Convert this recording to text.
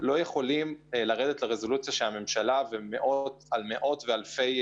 לא יכולים לרדת לרזולוציות שיורדים אליהם חבריי הממשלה והפקידים